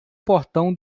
portão